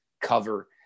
cover